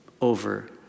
over